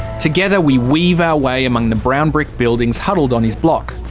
together we weave our way among the brown brick buildings huddled on his block.